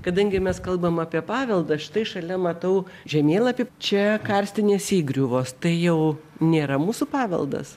kadangi mes kalbam apie paveldą štai šalia matau žemėlapį čia karstinės įgriuvos tai jau nėra mūsų paveldas